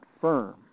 firm